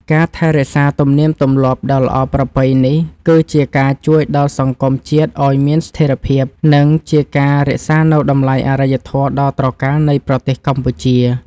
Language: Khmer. ការថែរក្សាទំនៀមទម្លាប់ដ៏ល្អប្រពៃនេះគឺជាការជួយដល់សង្គមជាតិឱ្យមានស្ថិរភាព និង ជាការរក្សានូវតម្លៃអរិយធម៌ដ៏ត្រកាលនៃប្រទេសកម្ពុជា។